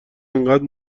اینقدر